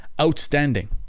outstanding